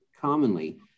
commonly